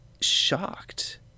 shocked